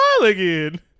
again